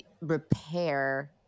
repair